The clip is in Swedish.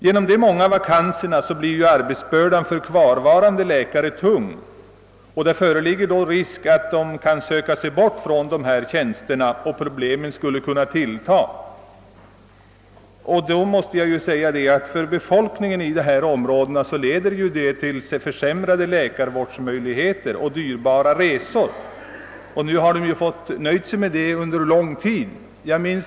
Genom de många vakanserna blir arbetsbördan för kvarvarande läkare tung, och det föreligger då risk att de söker sig bort från dessa tjänster, med påföljd att problemen skulle kunna tillta. För befolkningen i dessa områden leder detta till ännu mer försämrade läkarvårdsmöjligheter och dyrbara resor. Människorna där har fått nöja sig med dessa förhållanden under lång tid.